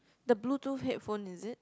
the bluetooth headphone is it